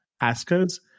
askers